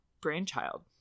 brainchild